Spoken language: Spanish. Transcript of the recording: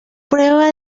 prueba